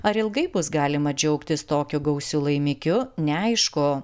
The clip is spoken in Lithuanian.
ar ilgai bus galima džiaugtis tokiu gausiu laimikiu neaišku